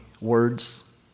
words